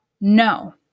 no